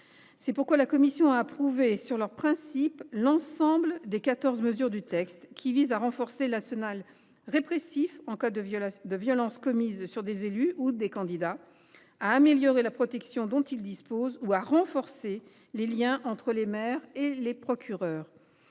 C’est pourquoi la commission a approuvé, sur leur principe, l’ensemble des quatorze mesures du texte, qui visent à renforcer l’arsenal répressif en cas de violences commises sur des élus ou des candidats, à améliorer la protection dont ils disposent ou à renforcer les liens entre les maires et les procureurs.